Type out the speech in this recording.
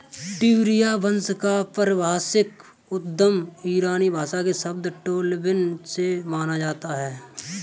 ट्यूलिया वंश का पारिभाषिक उद्गम ईरानी भाषा के शब्द टोलिबन से माना जाता है